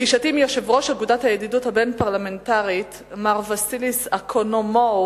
בפגישתי עם יושב-ראש אגודת הידידות הבין-פרלמנטרית מר וסיליס אקונומואו,